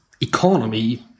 economy